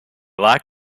like